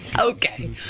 Okay